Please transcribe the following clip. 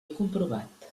comprovat